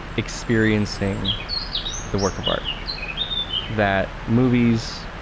experiencing the work of art that movies,